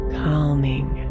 calming